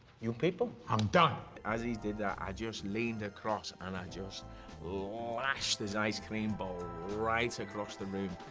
you people? i'm done. as he did that, i just leaned across and i just lashed his ice cream bowl right across the room,